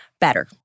better